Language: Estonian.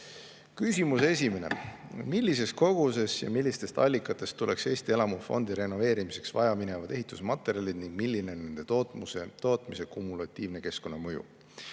küsimus: "Millises koguses ja millistest allikatest tuleks Eesti elamufondi renoveerimiseks vajaminevad ehitusmaterjalid ning milline on nende tootmise kumulatiivne keskkonnamõju?"